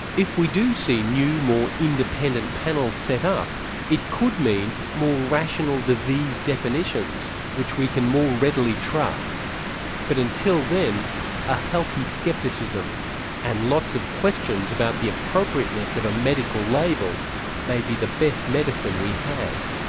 if we do see new more independent panels set up it could mean more rational disease definitions which we can more readily trust but until then a healthy scepticism and lots of questions about the appropriateness of a medical label may be the best medicine we have.